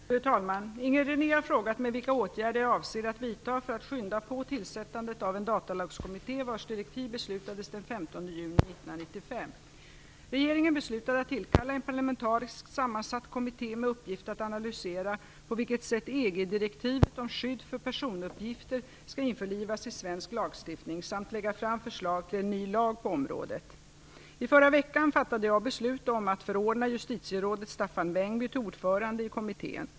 Fru talman! Inger René har frågat mig vilka åtgärder jag avser att vidta för att skynda på tillsättandet av en datalagskommitté vars direktiv beslutades den 15 Regeringen beslutade att tillkalla en parlamentariskt sammansatt kommitté med uppgift att analysera på vilket sätt EG-direktivet om skydd för personuppgifter skall införlivas i svensk lagstiftning samt lägga fram förslag till en ny lag på området. I förra veckan fattade jag beslut om att förordna justitierådet Staffan Vängby till ordförande i kommittén.